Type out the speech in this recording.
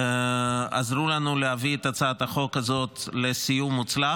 ותעזרו לנו להביא את הצעת חוק הזאת לסיום מוצלח.